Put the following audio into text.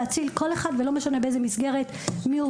להציל כל אחד ולא משנה באיזה מסגרת הוא נמצא,